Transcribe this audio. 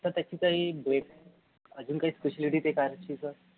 sir त्याची काही best अजून काही स्पेशालिटी ते कारची सर